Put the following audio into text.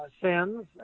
sins